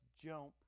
jump